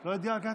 לא התגעגעת?